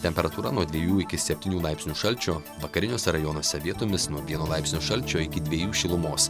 temperatūra nuo dvejų iki septynių laipsnių šalčio vakariniuose rajonuose vietomis nuo vieno laipsnio šalčio iki dviejų šilumos